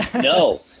No